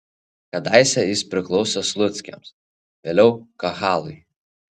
kadaise jis priklausė sluckiams vėliau kahalui